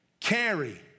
carry